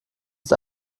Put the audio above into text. ist